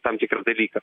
tam tikrą dalyką